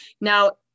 Now